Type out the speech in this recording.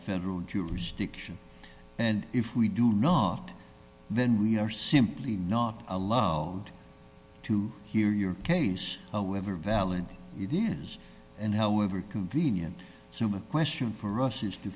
federal jurisdiction and if we do not then we are simply not allowed to hear your case however valid it is and however convenient so my question for us